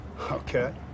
Okay